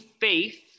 faith